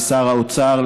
לשר האוצר,